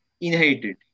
inherited